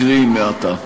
קרי מעתה.